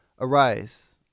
Arise